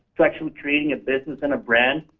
to actually creating a business and a brand.